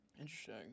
Interesting